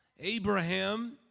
Abraham